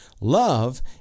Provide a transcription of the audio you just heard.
Love